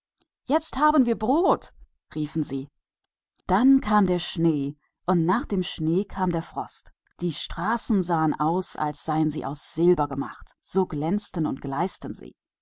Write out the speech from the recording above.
jetzt haben wir brot riefen sie da kam der schnee und nach dem schnee kam der frost die straßen sahen aus als wären sie aus silber gemacht so glänzend und glitzernd waren sie